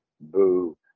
boo